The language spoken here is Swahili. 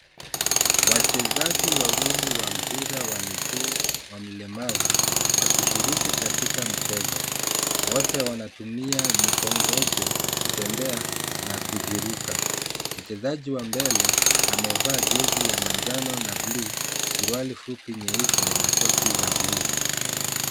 Wachezaji wawili wa mpira wa miguu wa mlemavu wakishiriki katika mchezo. Wote wanatumia mikongojo kutembea na kujiruka. Mchezaji wa mbele amevaa jezi ya manjano na buluu, suruali fupi nyeupe na soksi za buluu.